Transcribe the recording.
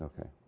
Okay